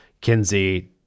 Kinsey